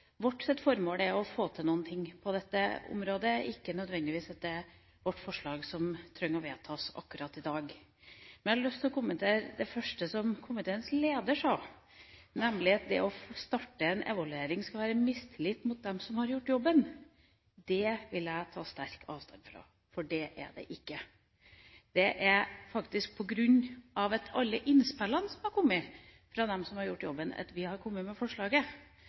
Vårt formål har vært å få til noe på dette området, men ikke nødvendigvis ved at vårt forslag vedtas akkurat i dag. Jeg har lyst til å kommentere det første som komiteens leder sa, nemlig at det å starte en evaluering skulle være en mistillit mot dem som har gjort jobben. Det vil jeg ta sterkt avstand fra, for det er det ikke. Det er faktisk på grunn av alle innspillene som har kommet fra dem som har gjort jobben, vi har kommet med forslaget.